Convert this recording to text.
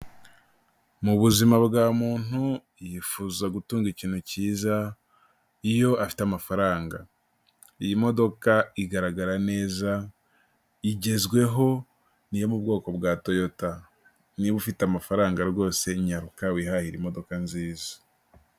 Mu buzima bwa muntu yifuza gutunga ikintu cyiza iyo afite amafaranga, iyi modoka igaragara neza, igezweho ni iyo mu bwoko bwa toyota, niba ufite amafaranga rwose nyaruka wihahire imodoka nziza.